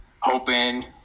hoping